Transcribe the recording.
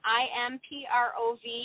improv